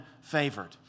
favored